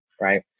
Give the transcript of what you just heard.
right